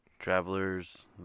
Travelers